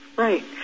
Right